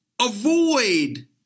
avoid